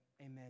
Amen